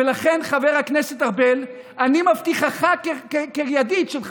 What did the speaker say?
לכן, חבר הכנסת ארבל, אני מבטיחך, כידיד שלך,